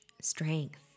strength